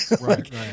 right